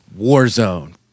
Warzone